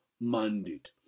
mandate